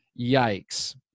Yikes